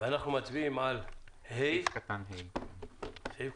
אנחנו מצביעים על סעיף 14ד(ה),